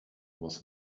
was